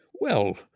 Well